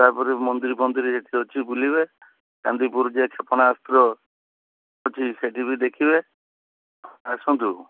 ତାପରେ ମନ୍ଦିରଫନ୍ଦିର ଏଠି ଅଛି ବୁଲିବେ ଚାନ୍ଦିପୁର ଯେ କ୍ଷପଣାସ୍ତ୍ର ଅଛି ସେଠି ବି ଦେଖିବେ ଆସନ୍ତୁ